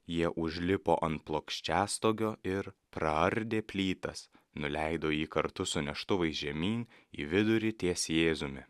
jie užlipo ant plokščiastogio ir praardę plytas nuleido jį kartu su neštuvais žemyn į vidurį ties jėzumi